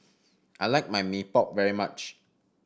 I like my Mee Pok very much